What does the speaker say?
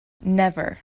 never